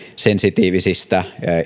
sensitiivisistä